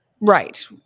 Right